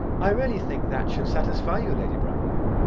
i really think that should satisfy you, lady bracknell.